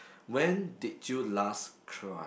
when did you last cry